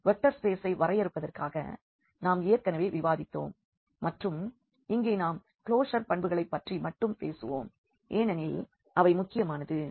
vector ஸ்பேசை வரையறுப்பதற்காக நாம் ஏற்கனவே விவாதித்தோம் மற்றும் இங்கே நாம் க்ளோஷர் பண்புகளை பற்றி மட்டும் பேசுவோம் ஏனெனில் அவை முக்கியமானது